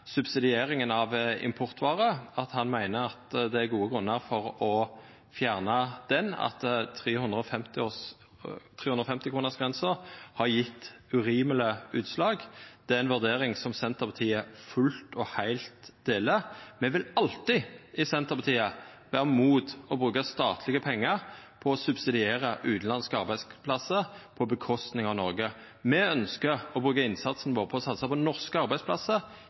subsidieringa av importvarer, at han meiner det er gode grunnar for å fjerna ho – at 350-kronersgrensa har gjeve urimelege utslag. Det er ei vurdering som Senterpartiet fullt og heilt deler. Me vil alltid i Senterpartiet vera imot å bruka statlege pengar på å subsidiera utanlandske arbeidsplassar på kostnad av norske. Me ønskjer å bruka innsatsen vår på å satsa på norske arbeidsplassar,